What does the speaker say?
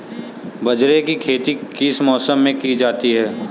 बाजरे की खेती किस मौसम में की जाती है?